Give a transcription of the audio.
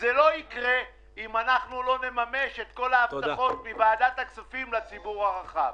זה לא יקרה אם לא נממש את כל ההבטחות של ועדת הכספים לציבור הרחב.